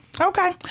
Okay